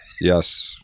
Yes